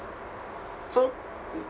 so